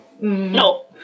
no